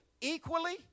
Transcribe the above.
equally